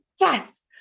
Yes